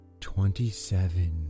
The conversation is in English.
twenty-seven